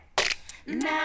Now